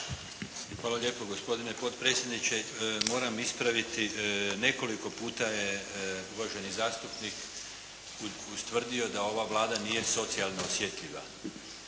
Hvala lijepo gospodine potpredsjedniče. Moram ispraviti, nekoliko puta je uvaženi zastupnik ustvrdio da ova Vlada nije socijalno osjetljiva.